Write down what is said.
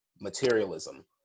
materialism